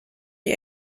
die